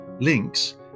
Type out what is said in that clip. links